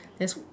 just